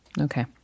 Okay